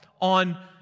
on